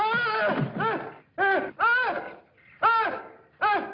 oh oh oh oh